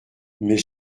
mais